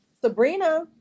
Sabrina